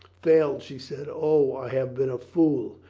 failed! she said. o, i have been a fool!